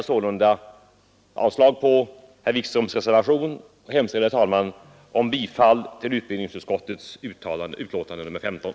Jag yrkar därför avslag på herr Wikströms reservation och bifall till utskottets hemställan i utbildningsutskottets betänkande nr 15.